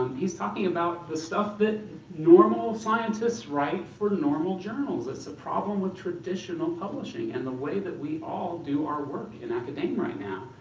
he's talking about the stuff that normal scientists write for normal journals. it's a problem with traditional publishing and the way that we all do our work in academia right now.